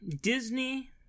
Disney